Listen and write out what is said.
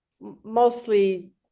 mostly